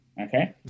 okay